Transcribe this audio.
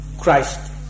Christ